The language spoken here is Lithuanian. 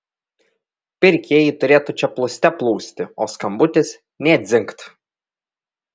pirkėjai turėtų čia plūste plūsti o skambutis nė dzingt